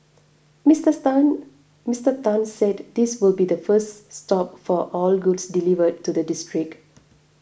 Mister Tan Mister Tan said this will be the first stop for all goods delivered to the district